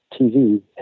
TV